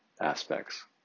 aspects